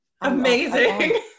Amazing